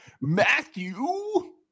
matthew